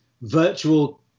virtual